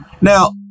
Now